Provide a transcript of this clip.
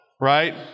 Right